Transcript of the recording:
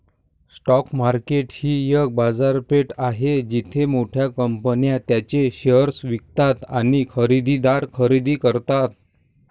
stock market ही एक बाजारपेठ आहे जिथे मोठ्या कंपन्या त्यांचे शेअर्स विकतात आणि खरेदीदार खरेदी करतात